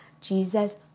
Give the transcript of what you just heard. Jesus